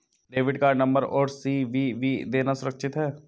Debit card number और CVV देना सुरक्षित है?